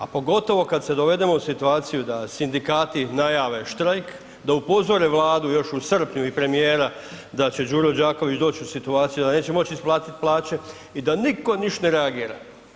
A pogotovo kad se dovedemo u situaciju da sindikati najave štrajk, da upozore Vladu još u srpnju i premijera da će Đuro Đaković doći u situaciju da neće moći isplatiti plaće i da nitko ništa ne reagira.